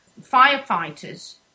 firefighters